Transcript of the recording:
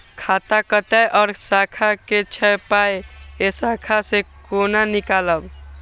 खाता कतौ और शाखा के छै पाय ऐ शाखा से कोना नीकालबै?